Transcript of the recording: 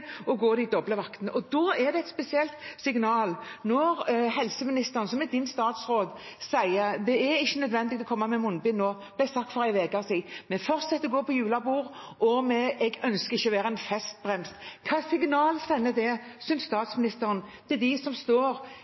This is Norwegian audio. doble vakter. Da er det et spesielt signal når helseministeren, som er din statsråd, sier: Det er ikke nødvendig å komme med munnbind nå – det ble sagt for en uke siden – vi fortsetter å gå på julebord, og jeg ønsker ikke å være en festbrems. Hvilket signal sender det, synes statsministeren, til dem som står